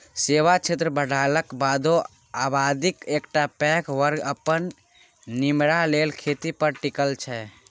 सेबा क्षेत्र बढ़लाक बादो आबादीक एकटा पैघ बर्ग अपन निमेरा लेल खेती पर टिकल छै